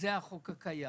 זהו החוק הקיים.